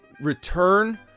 Return